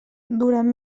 durant